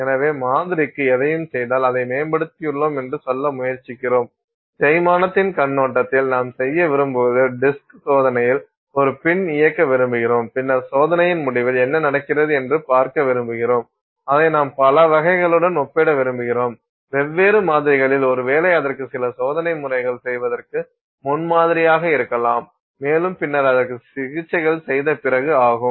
எனவே மாதிரிக்கு எதையும் செய்தால் அதை மேம்படுத்தி உள்ளோம் என்று சொல்ல முயற்சிக்கிறோம் தேய்மானத்தின் கண்ணோட்டத்தில் நாம் செய்ய விரும்புவது டிஸ்க் சோதனையில் ஒரு பின் இயக்க விரும்புகிறோம் பின்னர் சோதனையின் முடிவில் என்ன நடக்கிறது என்று பார்க்க விரும்புகிறோம் அதை நாம் பலவகைகளுடன் ஒப்பிட விரும்புகிறோம் வெவ்வேறு மாதிரிகளில் ஒருவேளை அதற்கு சில சோதனை முறைகள் செய்வதற்கு முன் மாதிரியாக இருக்கலாம் மேலும் பின்னர் அதற்கு சில சிகிச்சைகள் செய்தபிறகு ஆகும்